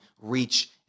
reach